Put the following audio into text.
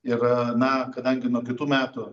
yra na kadangi nuo kitų metų